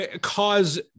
cause